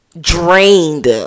drained